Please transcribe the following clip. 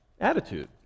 attitude